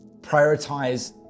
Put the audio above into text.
prioritize